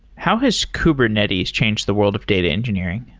how has kubernetes changed the world of data engineering?